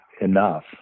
enough